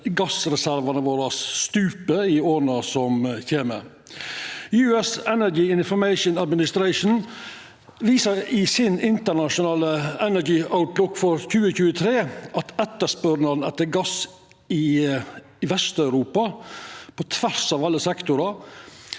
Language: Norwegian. gassreservane våre stuper i åra som kjem. U.S. Energy Information Administration viser i sin «International Energy Outlook 2023» at etterspurnaden etter gass i Vest-Europa på tvers av alle sektorar